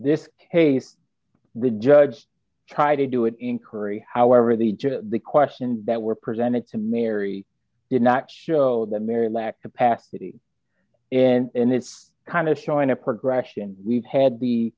this case with judge try to do it in curry however the judge the questions that were presented to mary did not show that mary lacked capacity and it's kind of showing a progression we've had the